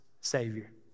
Savior